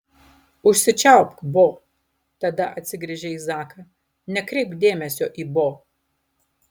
užsičiaupk bo tada atsigręžė į zaką nekreipk dėmesio į bo